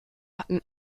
hatten